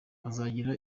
azagira